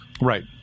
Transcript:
Right